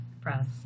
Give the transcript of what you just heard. press